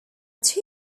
two